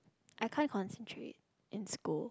I can't concentrate in school